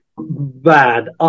Bad